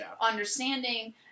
understanding